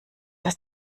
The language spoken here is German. dass